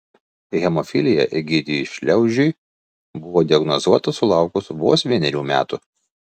hemofilija egidijui šliaužiui buvo diagnozuota sulaukus vos vienerių metų